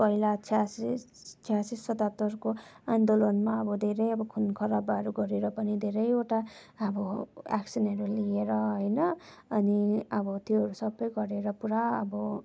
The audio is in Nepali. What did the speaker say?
पहिला छयासी छयासी सतहत्तरको आन्दोलोनमा अब धेरै अब खुन खराबहरू गरेर पनि धेरैवटा अब एक्सनहरू लिएर होइन अनि अब त्योहरू सब गरेर पुरा अब